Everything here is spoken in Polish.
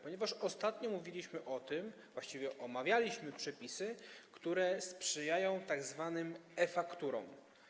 Ponieważ ostatnio mówiliśmy o tym, właściwie omawialiśmy przepisy, które sprzyjają tzw. e-fakturom.